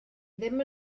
ddim